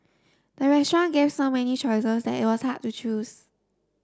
the restaurant gave so many choices that it was hard to choose